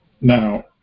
Now